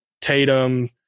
Tatum